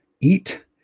eat